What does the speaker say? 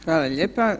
Hvala lijepa.